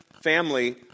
family